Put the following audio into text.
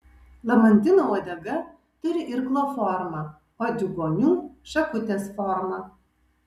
lamantino uodega turi irklo formą o diugonių šakutės formą